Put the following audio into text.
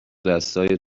دستای